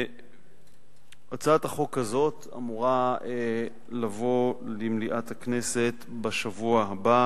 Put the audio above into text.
הצעת החוק הזאת אמורה לבוא למליאת הכנסת בשבוע הבא